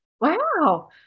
Wow